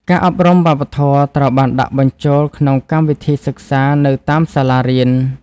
ការអប់រំវប្បធម៌ត្រូវបានដាក់បញ្ចូលក្នុងកម្មវិធីសិក្សានៅតាមសាលារៀន។